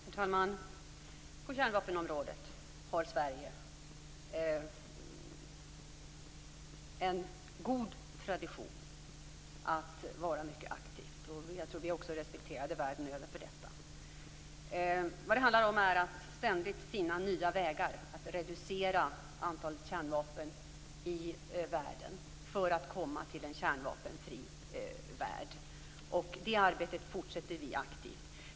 Herr talman! På kärnvapenområdet har Sverige en god tradition av att vara mycket aktivt. Vi är också respekterade för detta världen över. Vad det handlar om är att ständigt finna nya vägar för att reducera antalet kärnvapen i världen, för att komma till en kärnvapenfri värld. Det arbetet fortsätter vi aktivt med.